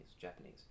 Japanese